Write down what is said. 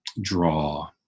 Draw